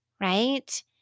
right